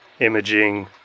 imaging